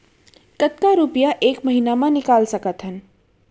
कतका रुपिया एक महीना म निकाल सकथन?